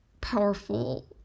powerful